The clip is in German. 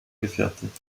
gefertigt